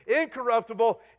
incorruptible